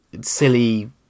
Silly